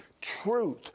truth